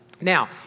Now